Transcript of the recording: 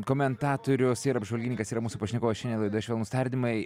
komentatorius ir apžvalgininkas yra mūsų pašnekovas šiandien laidoje švelnūs tardymai